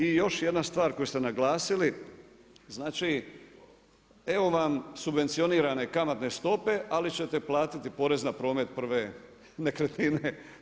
I još jedna stvar koju ste naglasili, znači evo vam subvencionirane kamatne stope ali ćete platiti porez na promet prve nekretnine.